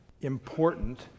important